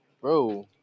Bro